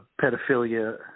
pedophilia